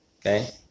Okay